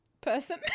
Person